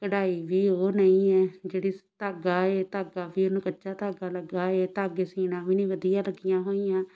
ਕਢਾਈ ਵੀ ਉਹ ਨਹੀਂ ਹੈ ਜਿਹੜੀ ਧਾਗਾ ਏ ਧਾਗਾ ਵੀ ਉਹਨੂੰ ਕੱਚਾ ਧਾਗਾ ਲੱਗਾ ਇਹ ਧਾਗੇ ਸੀਣਾ ਵੀ ਨਹੀਂ ਵਧੀਆ ਲੱਗੀਆਂ ਹੋਈਆਂ